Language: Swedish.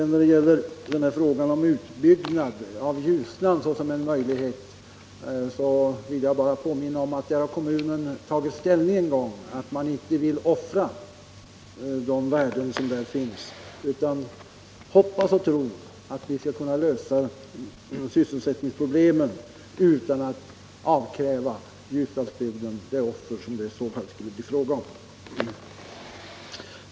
När det gäller utbyggnad av Ljusnan såsom en möjlighet vill jag bara påminna om att kommunen en gång har tagit ställning till den frågan. Man vill inte offra de värden som där finns utan hoppas och tror att vi skall kunna lösa sysselsättningsproblemen utan att avkräva Ljusdalsbygden de offer, som det skulle bli fråga om vid en sådan utbyggnad.